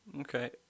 okay